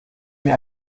mir